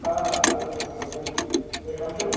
آ آ بِلکُل بِلکُل ؤنِو تُہۍ کٕم چھِو